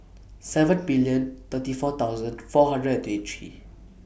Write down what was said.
seven million thirty four thousand four hundred and twenty three